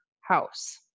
house